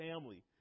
family